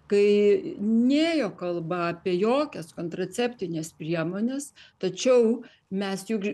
kai nėjo kalba apie jokias kontraceptines priemones tačiau mes juk